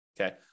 okay